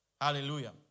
Hallelujah